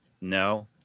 No